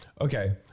Okay